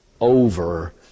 over